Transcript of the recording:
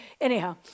Anyhow